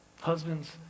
Husbands